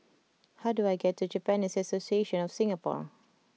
how do I get to Japanese Association of Singapore